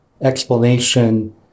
explanation